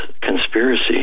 conspiracy